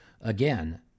again